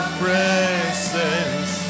presence